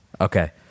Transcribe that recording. Okay